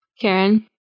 Karen